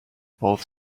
both